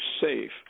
safe